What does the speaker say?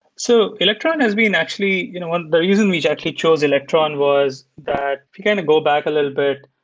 so electron has been and actually you know um the reason we actually chose electron was that to kind of go back a little bit,